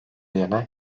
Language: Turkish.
yana